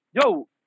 yo